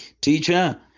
teacher